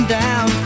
down